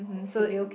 mmhmm so